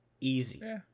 easy